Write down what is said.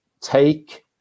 take